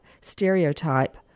stereotype